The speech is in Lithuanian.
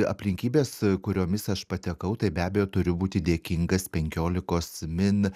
aplinkybės kuriomis aš patekau tai be abejo turiu būti dėkingas penkiolikos min